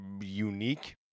unique